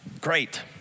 great